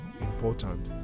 important